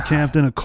Captain